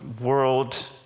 world